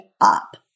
up